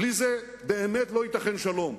בלי זה באמת לא ייתכן שלום.